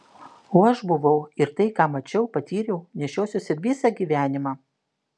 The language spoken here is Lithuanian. o aš buvau ir tai ką mačiau patyriau nešiosiuosi visą gyvenimą